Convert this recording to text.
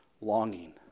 longing